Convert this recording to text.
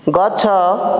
ଗଛ